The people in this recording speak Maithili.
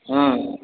हूँ